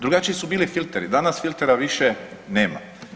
Drugačiji su bili filteri, danas filtera više nema.